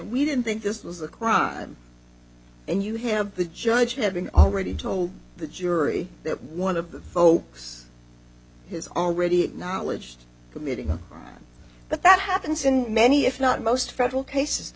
we didn't think this was a crime and you have the judge having already told the jury that one of the folks has already acknowledged committing a crime but that happens in many if not most federal cases the